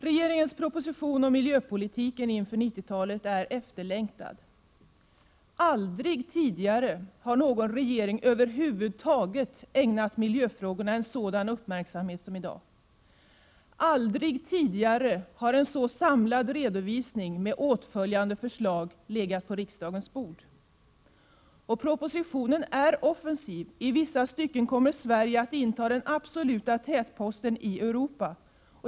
Regeringens proposition om miljöpolitiken inför 90-talet är efterlängtad. Aldrig tidigare har någon regering över huvud taget ägnat miljöfrågorna en sådan uppmärksamhet som i dag. Aldrig tidigare har en så samlad redovisning, med åtföljande förslag, legat på riksdagens bord. Propositionen är offensiv. I vissa stycken kommer Sverige att inta den absoluta tätposten i Europa.